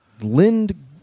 Lind